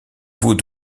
vaut